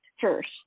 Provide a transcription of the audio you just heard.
first